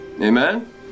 Amen